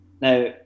Now